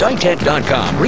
Ditech.com